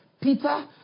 Peter